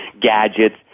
gadgets